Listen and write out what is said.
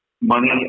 money